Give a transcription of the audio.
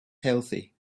healthy